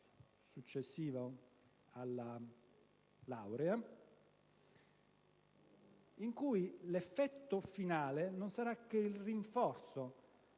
successivo alla laurea, in cui l'effetto finale non sarà che il rinforzo,